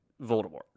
Voldemort